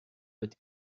بدی